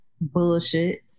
Bullshit